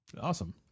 Awesome